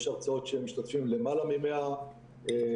יש הרצאות שבהן משתתפים למעלה מ-100 נציגים,